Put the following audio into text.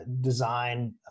design